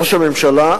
ראש הממשלה,